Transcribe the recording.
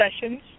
sessions